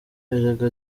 erega